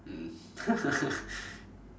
mm